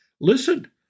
listen